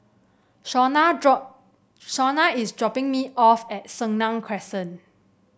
Shawnna drop Shawnna is dropping me off at Senang Crescent